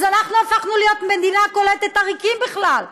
אז אנחנו הפכנו להיות מדינה קולטת עריקים בכלל.